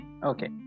Okay